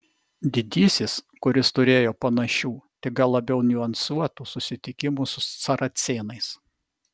didysis kuris turėjo panašių tik gal labiau niuansuotų susitikimų su saracėnais